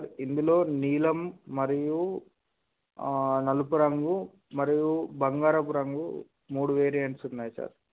sir ఇందులో నీలం మరియు నలుపు రంగు మరియు బంగారాపు రంగు మూడు వేరియంట్స్ ఉన్నాయి సార్